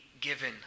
given